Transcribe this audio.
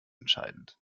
entscheidend